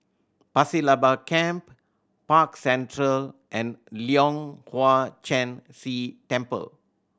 Pasir Laba Camp Park Central and Leong Hwa Chan Si Temple